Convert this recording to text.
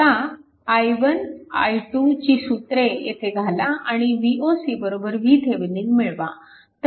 आता i1 i2 ची सूत्रे येथे घाला आणि Voc VThevenin मिळवा